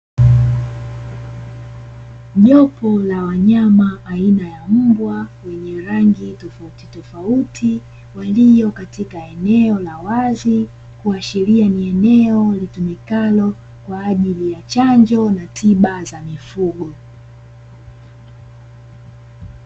Jopo la wanyama aina ya mbwa wenye rangi tofautitofauti walio katika eneo la wazi, kuashiria ni eneo litumikalo kwa ajili ya chanjo na tiba za mifugo.